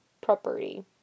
property